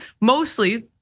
mostly